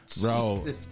Bro